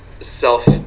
self